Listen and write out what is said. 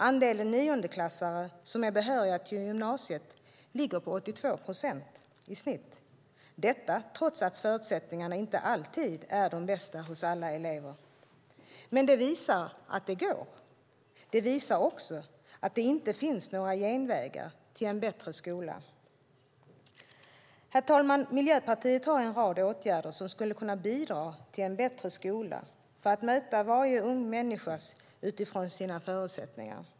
Andelen niondeklassare som är behöriga till gymnasiet ligger på 82 procent i snitt, detta trots att förutsättningarna inte alltid är de bästa hos alla elever. Men det visar att det går. Det visar också att det inte finns några genvägar till en bättre skola. Herr talman! Miljöpartiet har en rad åtgärder som skulle kunna bidra till en bättre skola för att möta varje ung människa utifrån deras förutsättningar.